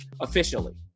officially